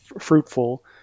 fruitful